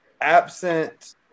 absent